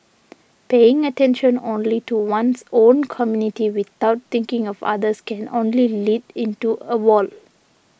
paying attention only to one's own community without thinking of others can only lead into a wall